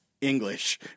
English